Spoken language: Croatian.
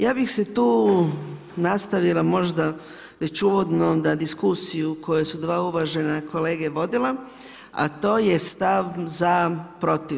Ja bih se tu nastavila možda već uvodno na diskusiju, koju su dva uvažena kolege vodila, a to je stav za, protiv.